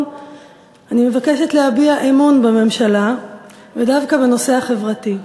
אני מבקשת להביע אמון בממשלה ודווקא בנושא החברתי.